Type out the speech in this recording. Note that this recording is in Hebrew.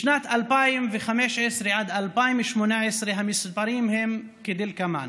משנת 2015 עד שנת 2018 המספרים הם כדלקמן: